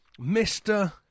Mr